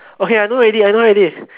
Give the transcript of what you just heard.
okay I know already I know already